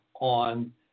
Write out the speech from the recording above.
on